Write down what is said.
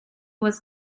was